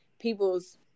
people's